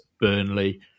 Burnley